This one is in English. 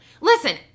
Listen